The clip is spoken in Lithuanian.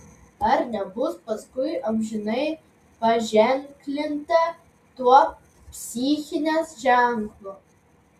ar nebus paskui amžinai paženklinta tuo psichinės ženklu